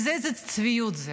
ואיזה צביעות.